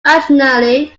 originally